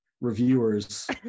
reviewers